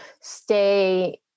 stay